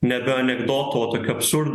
nebe anekdotu o tokiu absurdu